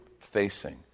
facing